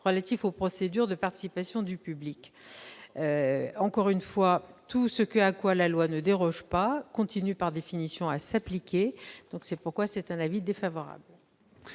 relatif aux procédures de participation du public. Encore une fois, tout ce à quoi la loi ne déroge pas continue, par définition, à s'appliquer. C'est pourquoi la commission a émis un avis défavorable.